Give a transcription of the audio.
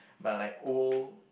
but like old